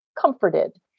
comforted